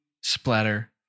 Splatter